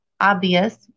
obvious